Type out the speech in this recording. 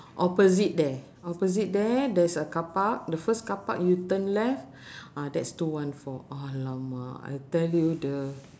opposite there opposite there there's a car park the first car park you turn left ah that's two one four !alamak! I tell you the